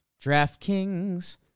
DraftKings